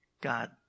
God